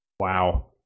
Wow